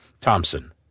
Thompson